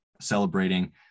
celebrating